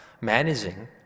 managing